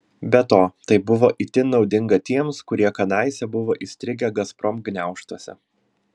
be to tai buvo itin naudinga tiems kurie kadaise buvo įstrigę gazprom gniaužtuose